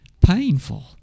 Painful